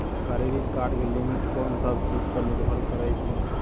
Credit card के limit कोन सब चीज पर निर्भर करै छै?